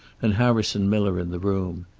and harrison miller in the room.